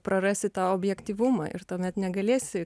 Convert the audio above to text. prarasi tą objektyvumą ir tuomet negalėsi